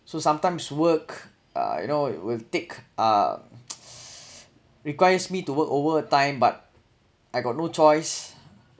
so sometimes work uh you know it will take uh requires me to work overtime but I got no choice